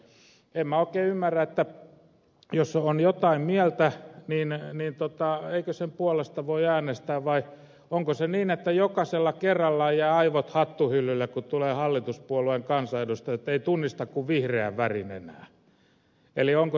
en minä oikein ymmärrä jos on jotain mieltä niin eikö sen puolesta voi äänestää vai onko se niin että jokaisella kerralla jäävät aivot hattuhyllylle kun tulevat hallituspuolueen kansanedustajat että ei tunnista kuin vihreän värin enää